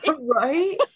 Right